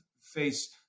face